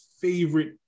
favorite